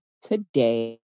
today